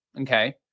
Okay